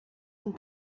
amb